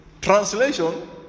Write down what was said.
Translation